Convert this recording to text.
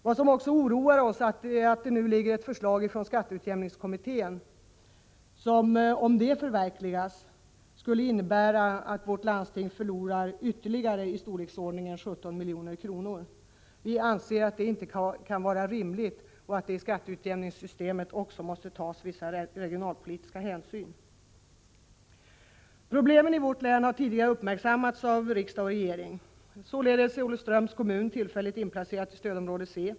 Vad som vidare oroar oss är att det nu föreligger ett förslag från skatteutjämningskommittén som, om det förverkligas, skulle innebära att vårt landsting förlorar ytterligare ca 17 milj.kr. Vi anser att detta inte kan vara rimligt och att det i skatteutjämningssystemet också måste tas vissa regionalpolitiska hänsyn. Problemen i vårt län har tidigare uppmärksammats av riksdag och regering. Olofströms kommun är således tillfälligt inplacerad i stödområde C.